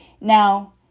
Now